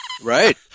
Right